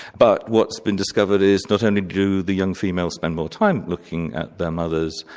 but what's been discovered is not only do the young females spend more time looking at their mothers,